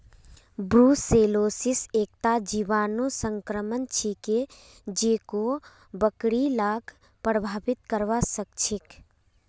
brucellosis एकता जीवाणु संक्रमण छिके जेको बकरि लाक प्रभावित करवा सकेछे